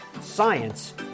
science